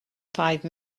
five